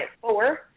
four